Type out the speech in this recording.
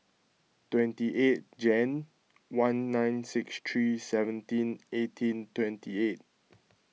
twenty eight Jan one nine six three seventeen eighteen twenty eight